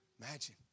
Imagine